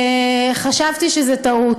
חשבתי שזו טעות.